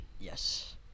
Yes